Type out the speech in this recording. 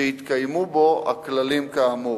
שיתקיימו בו הכללים כאמור.